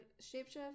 shapeshift